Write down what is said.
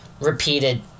repeated